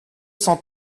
cent